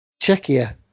Czechia